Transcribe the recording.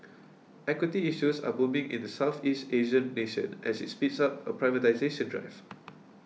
equity issues are booming in the Southeast Asian nation as it speeds up a privatisation drive